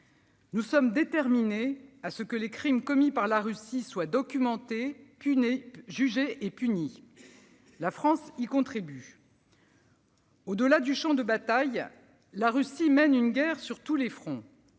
Nous sommes déterminés à ce que les crimes commis par la Russie soient documentés, jugés et punis. La France y contribue. Au-delà du champ de bataille, la Russie mène une guerre sur tous les fronts.